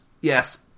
yes